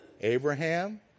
Abraham